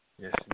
Yes